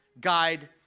Guide